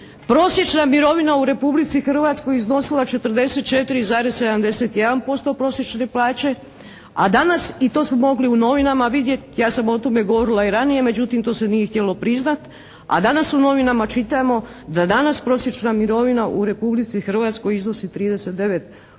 prosječna mirovina u Republici Hrvatskoj iznosila 44,71% prosječne plaće. A danas i to smo mogli i u novinama vidjeti, ja sam o tome govorila i ranije. Međutim to nije htjelo priznat, a danas u novinama čitamo da danas prosječna mirovina u Republici Hrvatskoj iznosi 39%